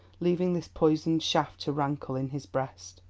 leaving this poisoned shaft to rankle in his breast.